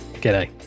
G'day